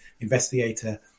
investigator